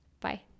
bye